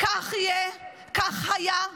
כך יהיה, כך היה.